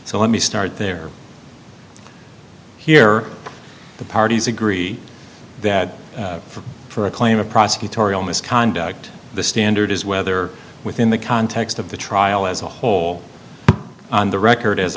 so let me start there here the parties agree that for a claim of prosecutorial misconduct the standard is whether within the context of the trial as a whole on the record as